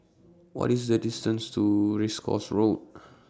What IS The distance to Race Course Road